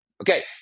Okay